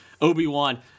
Obi-Wan